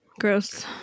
Gross